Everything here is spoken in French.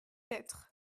être